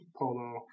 polo